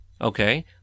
okay